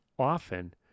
Often